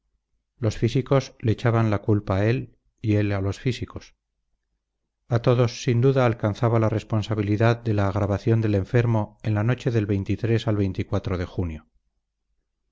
los físicos le echaban la culpa a él y él a los físicos a todos sin duda alcanzaba la responsabilidad de la agravación del enfermo en la noche del al de junio